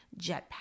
Jetpack